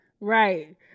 Right